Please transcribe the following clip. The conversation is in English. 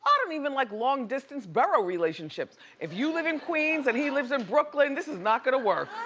um don't even like long distance barrow relationships. if you live in queens, and he lives in brooklyn, this is not gonna work.